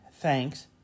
thanks